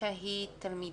מיקה היא תלמידה.